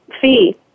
Fee